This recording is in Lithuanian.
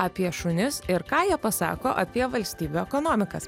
apie šunis ir ką jie pasako apie valstybių ekonomikas